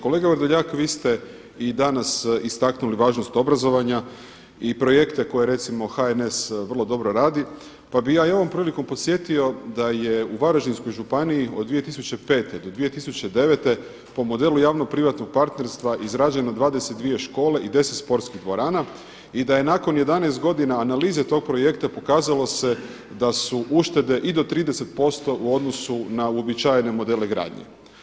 Kolega Vrdoljak, vi ste i danas istaknuli važnost obrazovanja i projekte koje recimo HNS vrlo dobro radi pa bi ja i ovom prilikom podsjetio da je u Varaždinskoj županiji od 2005. do 2009. po modelu javno-privatnog partnerstva izrađeno 22 škole i 10 sportskih dvorana i da je nakon 11 godina analize tog projekta pokazalo se da su uštede i do 30% u odnosu na uobičajene modele gradnje.